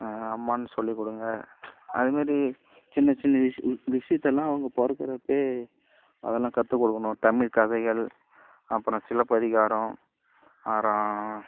அம்மான்னு சொல்லிக் கொடுங்க அதுமாரி சின்ன சின்ன விஷியத்தெல்லாம் அவங்க பிறக்குறப்பையே அதெல்லாம் கற்றுக் கொடுக்கணும் தமிழ் கதைகள் அப்புறம் சிலப்பதிகாரம் அப்புறம்